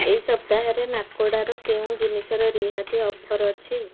ଏହି ସପ୍ତାହରେ ନାକୋଡ଼ାର କେଉଁ ଜିନିଷରେ ରିହାତି ଅଫର୍ ଅଛି